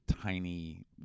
tiny